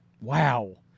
wow